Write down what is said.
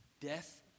death